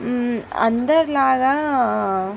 అందరి లాగా